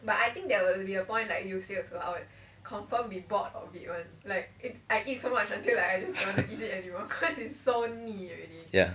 ya